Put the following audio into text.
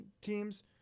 teams